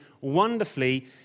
wonderfully